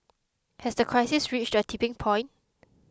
has the crisis reached a tipping point